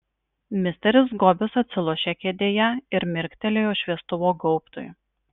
misteris gobis atsilošė kėdėje ir mirktelėjo šviestuvo gaubtui